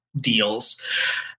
deals